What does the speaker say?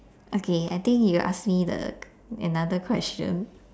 okay I think you ask me the another question